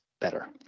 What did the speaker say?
better